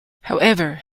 however